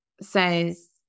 Says